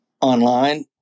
online